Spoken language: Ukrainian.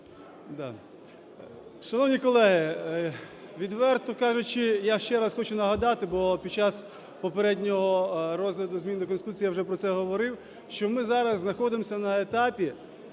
Шановні колеги! Відверто кажучи, я ще раз хочу нагадати. Бо під час попереднього розгляду змін до Конституції я вже про це говорив. Що ми зараз знаходимось на етапі